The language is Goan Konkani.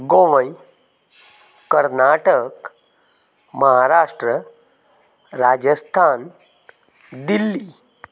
गोंय कर्नाटक महाराष्ट्र राजस्थान दिल्ली